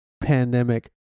pandemic